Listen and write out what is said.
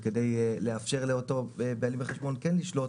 וכדי לאפשר לאותו בעלים בחשבון כן לשלוט,